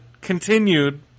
continued